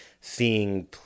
seeing